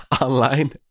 online